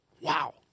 Wow